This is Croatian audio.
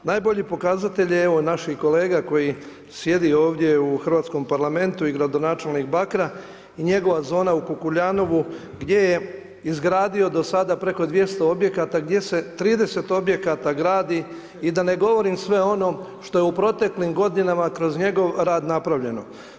Najbolji pokazatelj je evo naš kolega koji sjedi ovdje u hrvatskom Parlamentu i gradonačelnik Bakra i njegova zona u Kukuljanovu, gdje je izgradio do sada preko 200 objekata gdje se 30 objekata gradi i da ne govorim sve ono što je u proteklim godinama kroz njegov rad napravljeno.